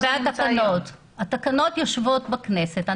התקנות יושבות בכנסת.